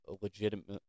legitimate